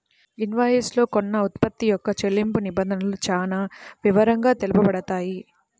invoice లో కొన్న ఉత్పత్తి యొక్క చెల్లింపు నిబంధనలు చానా వివరంగా తెలుపబడతాయి